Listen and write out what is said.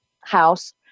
house